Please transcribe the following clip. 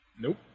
Nope